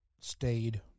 stayed